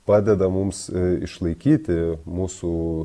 padeda mums išlaikyti mūsų